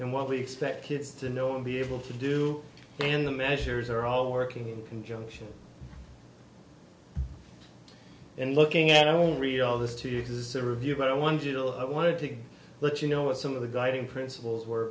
and what we expect kids to know and be able to do and the measures are all working in conjunction and looking at i don't read all this to you says a review by one general i wanted to let you know what some of the guiding principles were